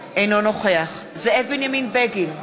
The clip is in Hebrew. אינו נוכח זאב בנימין בגין,